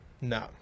no